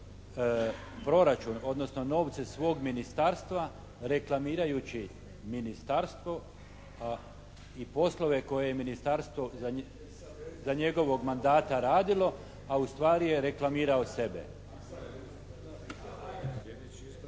proračun odnosno novce svog ministarstva reklamirajući ministarstvo a i poslove koje je ministarstvo za njegovog mandata radilo a ustvari je reklamirao sebe.